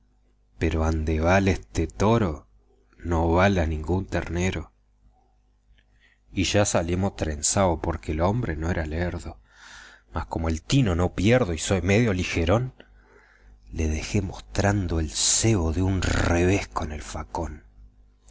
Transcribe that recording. pero ande bala este toro no bala ningún ternero y ya salimos trenzaos porque el hombre no era lerdo mas como el tino no pierdo y soy medio ligerón le dejé mostrando el sebo de un revés con el facón